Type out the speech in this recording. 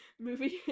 movie